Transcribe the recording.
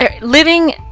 living